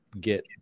get